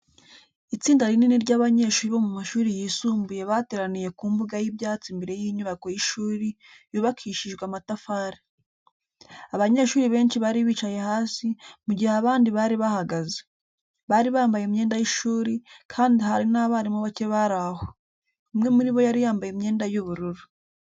Itsinda rinini ry'abanyeshuri bo mu mashuri yisumbuye bateraniye ku mbuga y'ibyatsi imbere y'inyubako y'ishuri, yubakishijwe amatafari. Abanyeshuri benshi bari bicaye hasi, mu gihe abandi bari bahagaze. Bari bambaye imyenda y'ishuri, kandi hari n'abarimu bake bari aho. Umwe muri bo yari yambaye imyenda y'ubururu.